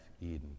Eden